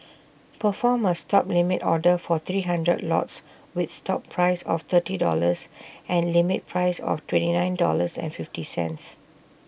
perform A stop limit order for three hundred lots with stop price of thirty dollars and limit price of twenty nine dollars fifty cents